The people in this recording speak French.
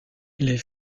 les